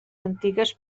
antigues